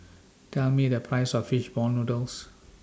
Tell Me The Price of Fish Ball Noodles